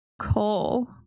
coal